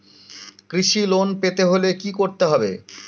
কৃষি লোন পেতে হলে কি করতে হবে?